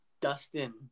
Dustin